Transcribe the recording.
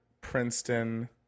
Princeton